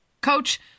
Coach